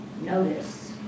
notice